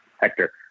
Hector